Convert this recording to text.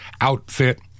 outfit